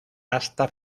hasta